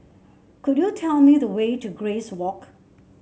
could you tell me the way to Grace Walk